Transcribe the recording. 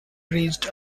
reached